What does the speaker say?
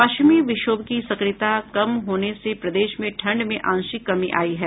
पश्चिमी विक्षोभ की सक्रियता कम होने से प्रदेश में ठंड में आंशिक कमी आई है